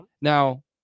Now